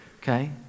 Okay